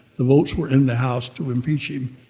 the votes were in the house to impeach him,